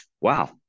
wow